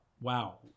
wow